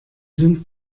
sind